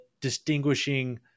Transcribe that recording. distinguishing